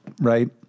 right